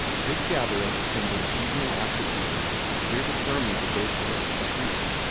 big gatherings assembled evening after evening to hear the sermons of those selected to preach,